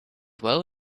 well